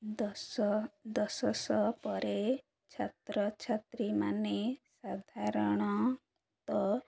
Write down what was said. ଦଶ ଦଶ ଶ ପରେ ଛାତ୍ରଛାତ୍ରୀମାନେ ସାଧାରଣତଃ